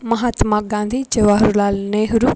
Mahatma Gandhi Jawaharlal Nehru